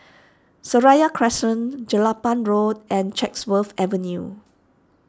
Seraya Crescent Jelapang Road and Chatsworth Avenue